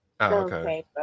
okay